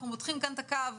אנחנו מותחים כאן את הקו,